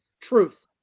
truth